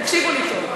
תקשיבו לי טוב.